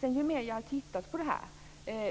Ju mer jag sedan har tittat på det här,